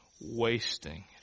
wasting